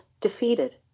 Defeated